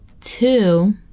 Two